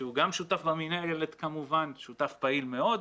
שהוא גם שותף במינהלת כמובן, שותף פעיל מאוד.